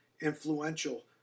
influential